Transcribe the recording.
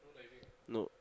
no